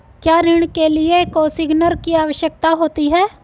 क्या ऋण के लिए कोसिग्नर की आवश्यकता होती है?